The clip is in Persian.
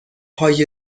های